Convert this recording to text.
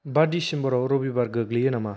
बा दिसेम्बराव रबिबार गोग्लैयो नामा